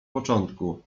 początku